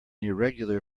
irregular